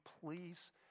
please